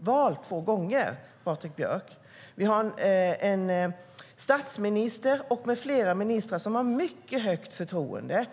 vald två gånger. Vi har en statsminister med flera ministrar som har mycket högt förtroende.